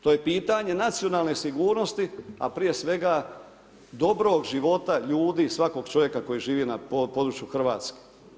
To je pitanje nacionalne sigurnosti, a prije svega dobrog života ljudi i svakog čovjeka kojeg živi na području Hrvatske.